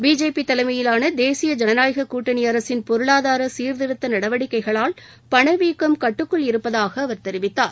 BJP தலைமையிலான தேசிய ஜனநாயகக் கூட்டணி அரசின் பொருளாதார சீர்திருத்த நடவடிக்கைகளால் பணவீக்கம் கட்டுக்குள் இருப்பதாக அவர் தெரிவித்தார்